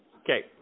Okay